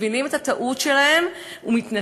מבינים את הטעות שלהם ומתנצלים,